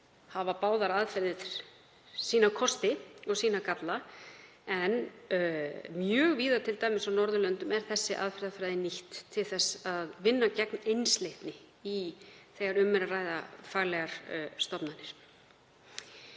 hafa báðar aðferðir sína kosti og sína galla, en mjög víða, t.d. á Norðurlöndum, er þessi aðferðafræði nýtt til þess að vinna gegn einsleitni þegar um er að ræða faglegar stofnanir.